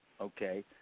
okay